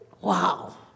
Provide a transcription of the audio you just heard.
Wow